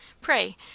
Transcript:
Pray